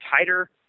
tighter